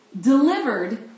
Delivered